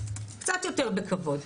קצת יותר בכבוד.